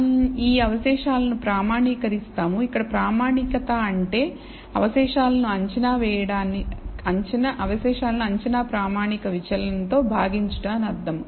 మనం ఈ అవశేషాలను ప్రామాణీకరిస్తాము ఇక్కడ ప్రామాణికత అంటే అవశేషాలను అంచనా ప్రామాణిక విచలనం తో భాగించుట అని అర్థం